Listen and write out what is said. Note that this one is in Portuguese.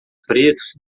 pretos